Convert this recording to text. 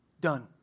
Done